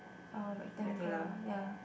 uh like thank god ya